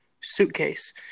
suitcase